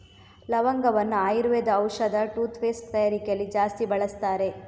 ಲವಂಗವನ್ನ ಆಯುರ್ವೇದ ಔಷಧ, toothpaste ತಯಾರಿಕೆಯಲ್ಲಿ ಜಾಸ್ತಿ ಬಳಸ್ತಾರೆ